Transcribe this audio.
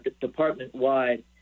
department-wide